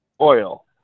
Oil